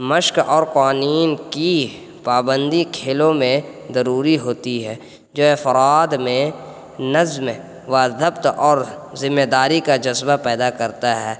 مشق اور قوانین کی پابندی کھیلوں میں ضروری ہوتی ہے جو افراد میں نظم و دبت اور ذمہ داری کا جذبہ پیدا کرتا ہے